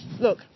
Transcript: look